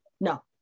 No